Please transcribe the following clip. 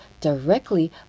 directly